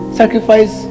sacrifice